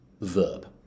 verb